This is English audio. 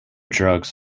drugs